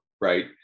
right